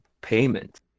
payment